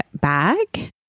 bag